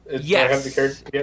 Yes